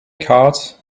cards